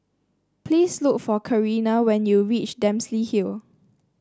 please look for Karina when you reach Dempsey Hill